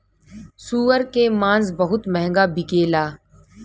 सूअर के मांस बहुत महंगा बिकेला